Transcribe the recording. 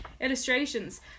illustrations